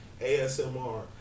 ASMR